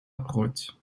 rood